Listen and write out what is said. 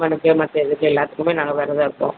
famous எது எல்லாத்துக்குமே நாங்கள் விரதம் இருப்போம்